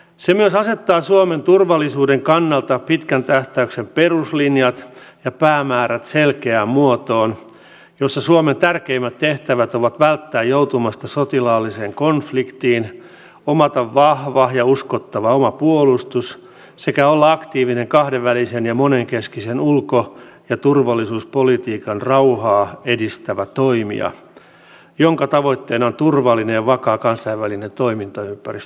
se myös asettaa suomen turvallisuuden kannalta pitkän tähtäyksen peruslinjat ja päämäärät selkeään muotoon jossa suomen tärkeimmät tehtävät ovat välttää joutumasta sotilaalliseen konfliktiin omata vahva ja uskottava oma puolustus sekä olla aktiivinen kahdenvälisen ja monenkeskisen ulko ja turvallisuuspolitiikan rauhaa edistävä toimija jonka tavoitteena on turvallinen ja vakaa kansainvälinen toimintaympäristö